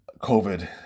COVID